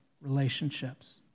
relationships